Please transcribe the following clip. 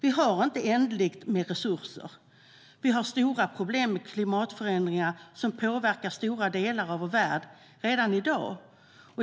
Vi har inte oändligt med resurser, och vi har stora problem med klimatförändringar som påverkar stora delar av vår värld redan i dag.